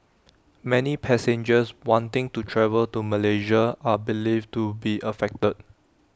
many passengers wanting to travel to Malaysia are believed to be affected